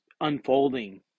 unfolding